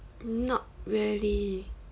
not really